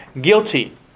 guilty